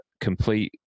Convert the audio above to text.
complete